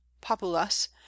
populus